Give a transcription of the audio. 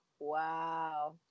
Wow